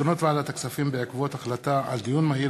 ומסקנות ועדת הכספים בעקבות דיון מהיר